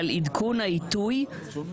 עדכון העיתוי.